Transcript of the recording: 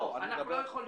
לא, אנחנו לא יכולים.